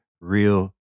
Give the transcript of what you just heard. real